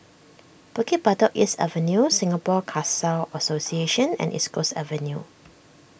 Bukit Batok East Avenue Singapore Khalsa Association and East Coast Avenue